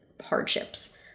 hardships